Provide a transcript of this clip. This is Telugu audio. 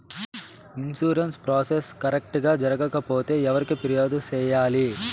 ఇన్సూరెన్సు ప్రాసెస్ కరెక్టు గా జరగకపోతే ఎవరికి ఫిర్యాదు సేయాలి